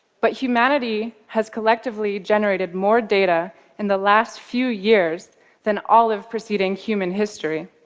but humanity has collectively generated more data in the last few years than all of preceding human history.